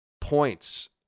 points